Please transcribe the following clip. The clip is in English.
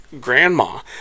grandma